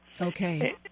Okay